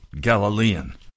Galilean